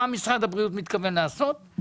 מה משרד הבריאות מתכוון לעשות,